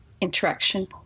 interaction